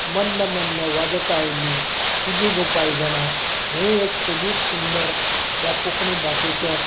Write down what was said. मंद मंद वाजत आयलीं तुजी गो पांयजणां हें एक सोबीत सुंदर ह्या कोंकणी भाशेचें